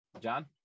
john